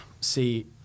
see